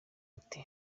ati